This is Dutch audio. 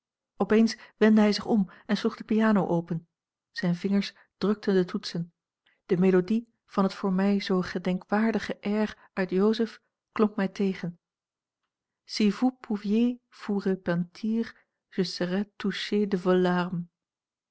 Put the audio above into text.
wendde hij zich om en sloeg de piano open zijne vingers drukten de toetsen de melodie van het voor mij zoo gedenkwaardige air uit joseph klonk mij tegen si vous pouviez vous